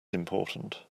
important